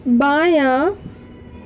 بایاں